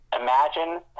imagine